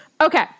Okay